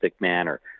manner